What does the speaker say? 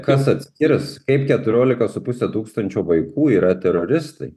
kas atskirs kaip keturiolika su puse tūkstančio vaikų yra teroristai